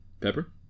Pepper